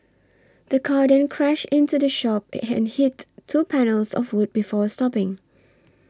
the car then crashed into the shop and hit two panels of wood before stopping